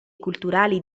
culturali